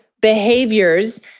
behaviors